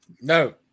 No